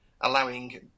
allowing